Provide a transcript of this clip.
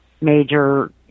major